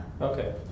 Okay